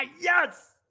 Yes